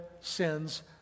sins